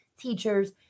teachers